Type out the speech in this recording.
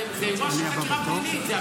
אבל זה אירוע של חקירה פלילית.